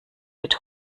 mit